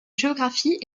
géographie